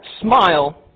smile